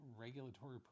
regulatory